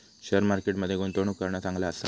share market मध्ये गुंतवणूक करणा चांगला आसा